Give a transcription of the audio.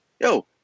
Yo